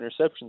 interceptions